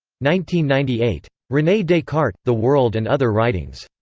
ninety ninety eight. rene descartes the world and other writings.